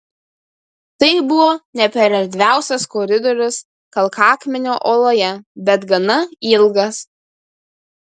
tai buvo ne per erdviausias koridorius kalkakmenio uoloje bet gana ilgas